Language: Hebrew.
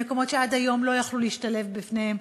במקומות שעד היום הם לא יכלו להשתלב בהם.